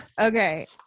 Okay